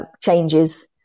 changes